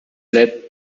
led